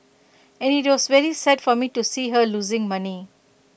and IT was very sad for me to see her losing money